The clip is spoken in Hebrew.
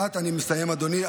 אני מסיים, אדוני.